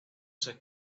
sexto